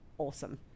awesome